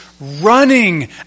running